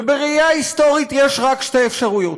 ובראייה היסטורית יש רק שתי אפשרויות: